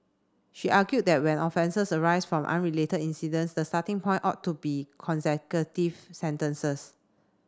she argued that when offences arise from unrelated incidents the starting point ought to be consecutive sentences